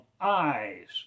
eyes